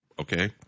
Okay